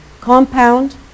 compound